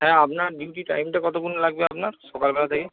হ্যাঁ আপনার ডিউটি টাইমটা কতক্ষণ লাগবে আপনার সকালবেলা থেকে